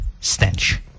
stench